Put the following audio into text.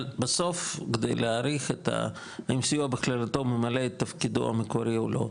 אבל בסוף כדי להעריך אם הסיוע בכללותו ממלא את תפקידו המקורי או לא,